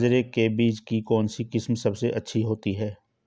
बाजरे के बीज की कौनसी किस्म सबसे अच्छी होती है?